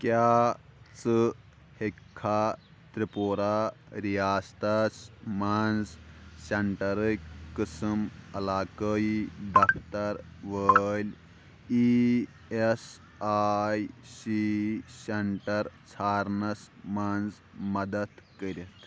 کیٛاہ ژٕ ہیٚککھا تِرٛپوٗرا ریاستس مَنٛز سینٹرٕکۍ قٕسم علاقٲیی دفتر وٲلۍ E S I C centre ژھارنَس مَنٛز مدد کٔرِتھ